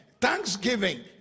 thanksgiving